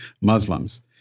Muslims